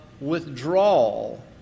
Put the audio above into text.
withdrawal